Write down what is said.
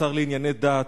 השר לענייני דת.